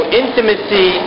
intimacy